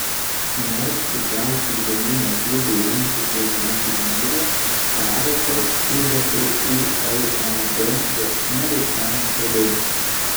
nors stipriausi žemyno klubai rungsis viename turnyre karo tarp fiba ir uleb liepsna rusena toliau